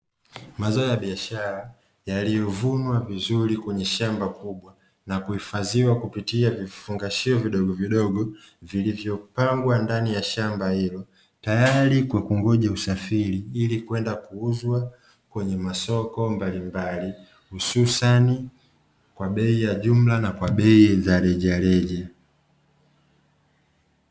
Mazao ya biashara yaliyovunwa vizuri kwenye shamba kubwa na kuhifadhiwa kupitia vifungashio vidogovidogo vilivyopangwa ndani ya shamba hilo, tayari kwa kungoja usafiri ili kwenda kuuzwa kwenye masoko mbalimbali hususani kwa bei ya jumla na bei ya rejareja.